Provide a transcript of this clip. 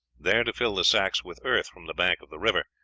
there to fill the sacks with earth from the bank of the river,